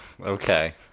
Okay